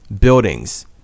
buildings